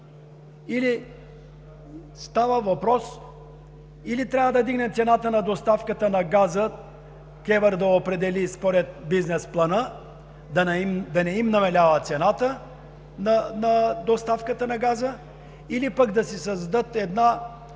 Става въпрос – или трябва да вдигнем цената на доставката на газа, КЕВР да я определи според бизнес плана, да не им намалява цената на доставката на газа, или пък да си създадат една